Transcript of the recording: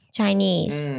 Chinese